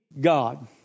God